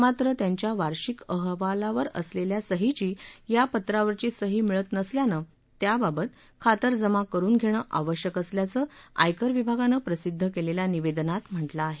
मात्र त्यांच्या वार्षिक अहवालावर असलेल्या सहीची या पत्रावरची सही जुळत नसल्यानं त्याबाबत खातरजाम करुन घेणं आवश्यक असल्याचं आयकर विभागानं प्रसिद्ध केलेल्या निवेदनात म्हटलं आहे